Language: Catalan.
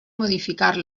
modificar